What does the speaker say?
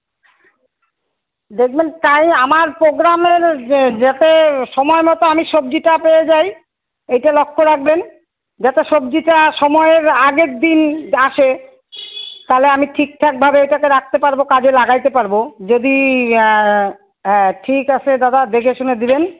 দেখবেন তাই আমার প্রোগ্রামের যে যাতে সময় মতো আমি সবজিটা পেয়ে যাই এটা লক্ষ্য রাখবেন যাতে সবজিটা সময়ের আগের দিন আসে তাহলে আমি ঠিকঠাকভাবে এটাকে রাখতে পারবো কাজে লাগাতে পারবো যদি হ্যাঁ ঠিক আছে দাদা দেখে শুনে দিবেন